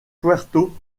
puerto